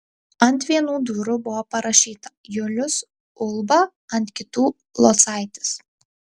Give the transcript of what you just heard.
ant vienų durų buvo parašyta julius ulba ant kitų locaitis